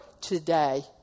today